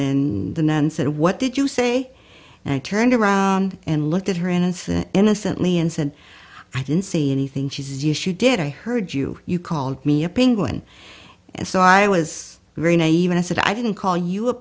then the nun said what did you say and i turned around and looked at her innocent innocently and said i didn't see anything she says yes you did i heard you you called me a penguin and so i was very naive and i said i didn't call you